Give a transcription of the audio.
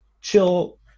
Chill